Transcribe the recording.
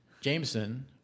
Jameson